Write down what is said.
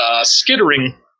skittering—